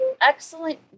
excellent